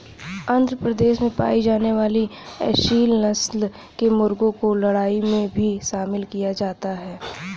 आंध्र प्रदेश में पाई जाने वाली एसील नस्ल के मुर्गों को लड़ाई में भी शामिल किया जाता है